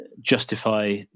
justify